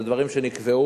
אלה דברים שנקבעו